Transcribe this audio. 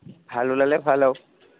ভাল ওলালে ভাল আৰু